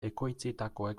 ekoitzitakoek